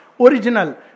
original